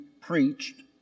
preached